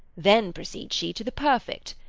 then proceeds she to the perfect.